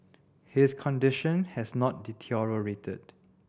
his condition has not deteriorated